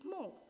more